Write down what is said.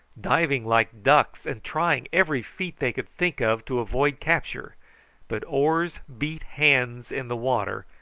diving like ducks and trying every feat they could think of to avoid capture but oars beat hands in the water,